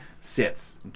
sits